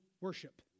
worship